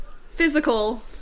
physical